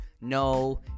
no